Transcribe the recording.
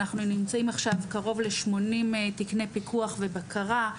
אנחנו נמצאים עכשיו קרוב ל-80 תיקני פיקוח ובקרה,